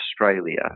Australia